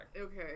Okay